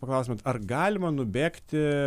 paklaustumėt ar galima nubėgti